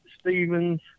Stevens